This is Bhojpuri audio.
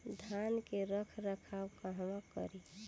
धान के रख रखाव कहवा करी?